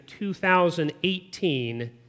2018